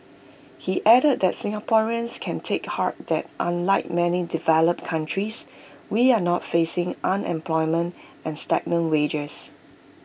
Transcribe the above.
he added that Singaporeans can take heart that unlike many developed countries we are not facing unemployment and stagnant wages